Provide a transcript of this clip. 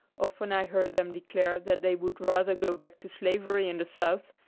often i heard them declare that they would rather go back to slavery in the south,